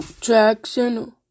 Jackson